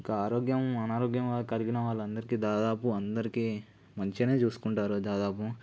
ఇంకా ఆరోగ్యం అనారోగ్యం కలిగిన వాళ్ళందరికీ దాదాపు అందరికీ మంచిగానే చూసుకుంటారు దాదాపు